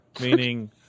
meaning